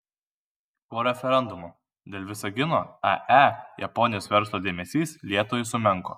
po referendumo dėl visagino ae japonijos verslo dėmesys lietuvai sumenko